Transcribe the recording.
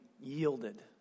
yielded